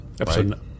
Episode